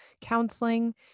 counseling